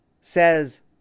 says